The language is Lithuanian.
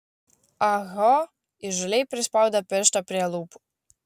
ah ho įžūliai prispaudė pirštą prie lūpų